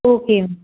okay